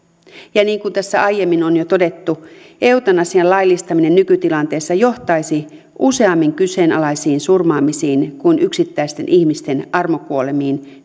niin kuin tässä aiemmin on jo todettu eutanasian laillistaminen nykytilanteessa johtaisi useammin kyseenalaisiin surmaamisiin kuin yksittäisten ihmisten armokuolemiin